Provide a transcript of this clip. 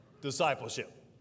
discipleship